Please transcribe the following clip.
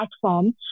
platform